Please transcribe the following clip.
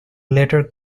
later